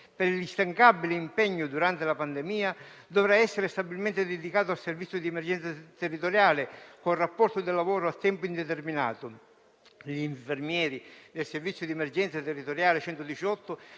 per l'instancabile impegno durante la pandemia - dovrà essere stabilmente dedicato al servizio di emergenza territoriale, con rapporto di lavoro a tempo indeterminato. Gli infermieri del servizio di emergenza territoriale 118